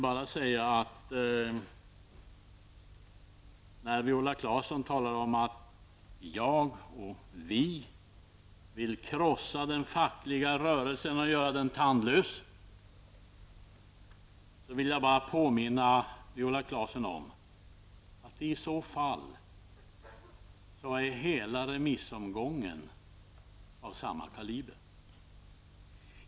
När Viola Claesson talar om att jag och vi vill krossa den fackliga rörelsen och göra den tandlös vill jag bara påminna henne om att i så fall är hela remissomgången av samma kaliber.